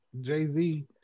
Jay-Z